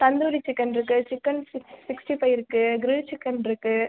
தந்தூரி சிக்கன்ருக்கு chicken six sixty five இருக்கு grill சிக்கன்ருக்கு